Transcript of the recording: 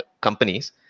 companies